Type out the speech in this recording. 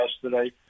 yesterday